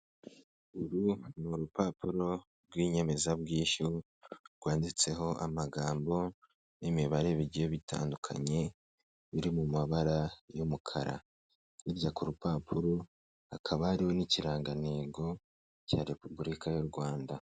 Uru ni urupapuro rw'inyemezabwishyu rwanditseho amagambo n'imibare bigiye bitandukanye biri mu mabara y'umukara, hirya ku rupapuro hakaba hariho n'ikirangantego cya repubulika y'u Rwanda.